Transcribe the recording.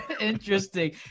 interesting